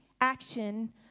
action